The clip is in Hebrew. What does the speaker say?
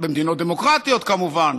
במדינות דמוקרטיות, כמובן.